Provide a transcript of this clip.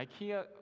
Ikea